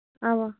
اَوا